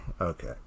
Okay